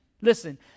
Listen